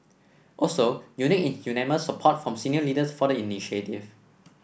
also unique is unanimous support from senior leaders for the initiative